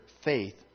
faith